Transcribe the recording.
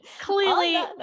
clearly